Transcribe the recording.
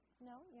No